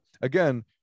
again